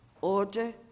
order